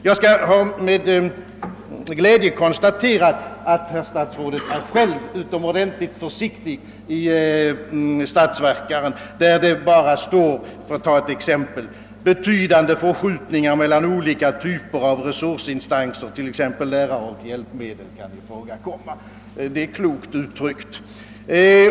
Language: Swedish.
Jag konstaterar med glädje, att statsrådet själv är utomordentligt försiktig i statsverkspropositionen, där det, för att ta ett exempel, bara talas om att »betydande förskjutningar mellan olika typer av resursinstanser, t.ex. lärare och hjälpmedel», kan ifrågakomma. Detta är klokt uttryckt.